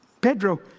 Pedro